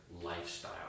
lifestyle